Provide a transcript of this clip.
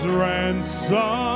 ransom